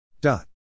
dot